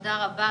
תודה רבה.